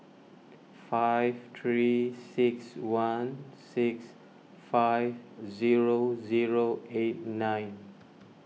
five three six one six five zero zero eight nine